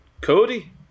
Cody